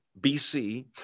BC